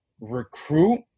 recruit